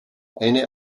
eine